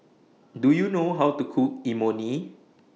Do YOU know How to Cook Imoni